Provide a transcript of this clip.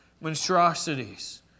monstrosities